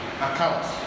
accounts